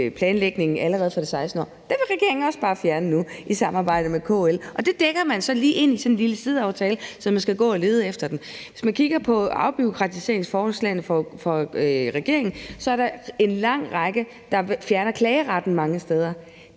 planlægning allerede fra det 16. år. Det vil regeringen også bare fjerne nu i samarbejde med KL, og det dækker man så lige ved at putte det ind i sådan en lille sideaftale, så man skal gå og lede efter det. Hvis man kigger på afbureaukratiseringsforslagene fra regeringen, er der en lang række, som fjerner klageretten mange steder.